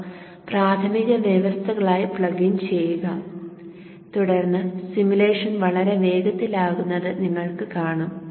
അവ പ്രാഥമിക വ്യവസ്ഥകളായി പ്ലഗ് ഇൻ ചെയ്യുക തുടർന്ന് സിമുലേഷൻ വളരെ വേഗത്തിലാകുന്നത് നിങ്ങൾ കാണും